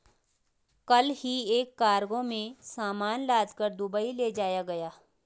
कल ही एक कार्गो में सामान लादकर दुबई ले जाया गया